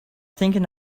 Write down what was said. thinking